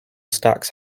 stacks